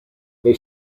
they